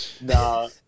No